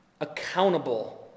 accountable